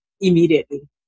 immediately